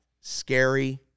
scary